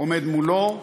עומדת מולו,